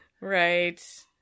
Right